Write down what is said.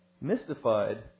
mystified